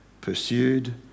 pursued